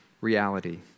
reality